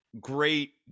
great